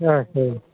ஆ சரி